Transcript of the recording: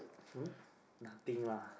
hmm nothing lah